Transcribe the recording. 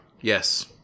Yes